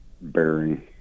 bearing